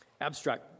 abstract